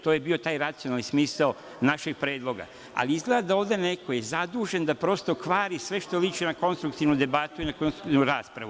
To je bio taj racionalni smisao našeg predloga, ali izgleda da je ovde neko zadužen da kvari sve što liči na konstruktivnu debatu i na konstruktivnu raspravu.